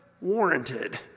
warranted